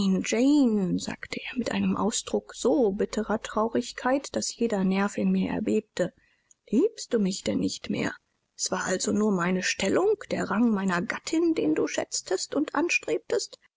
sagte er mit einem ausdruck so bitterer traurigkeit daß jeder nerv in mir erbebte liebst du mich denn nicht mehr es war also nur meine stellung der rang meiner gattin den du schätztest und anstrebtest